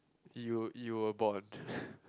you were you were born